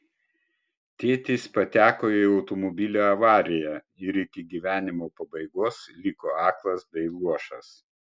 tėtis pateko į automobilio avariją ir iki gyvenimo pabaigos liko aklas bei luošas